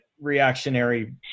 reactionary